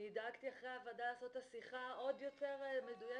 אני דאגתי אחרי הוועדה לעשות את השיחה עוד יותר מדויקת,